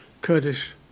Kurdish